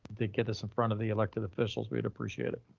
they get us in front of the elected officials. we'd appreciate it.